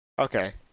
Okay